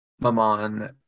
Maman